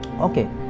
Okay